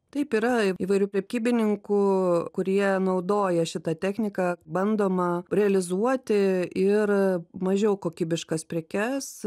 taip yra įvairių prekybininkų kurie naudoja šitą techniką bandoma realizuoti ir mažiau kokybiškas prekes